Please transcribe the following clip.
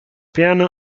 piano